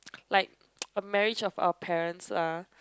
like a marriage of our parents ah